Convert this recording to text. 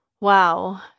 wow